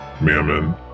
Mammon